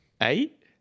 Eight